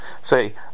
say